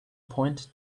point